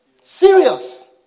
Serious